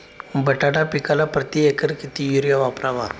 बटाटा पिकाला प्रती एकर किती युरिया वापरावा?